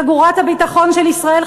חגורת הביטחון של ישראל,